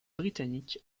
britannique